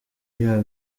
yaba